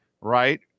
right